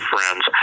friends